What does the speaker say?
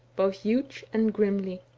both huge and grimly.